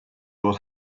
will